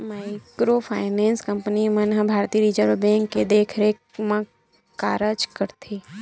micro finance company मन ह भारतीय रिजर्व बेंक के देखरेख म कारज करथे